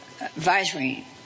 advisory